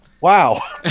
Wow